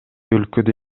өлкөдө